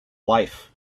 life